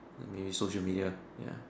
maybe social media ya